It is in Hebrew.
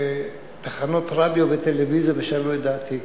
תחנות רדיו וטלוויזיה, ושאלו את דעתי,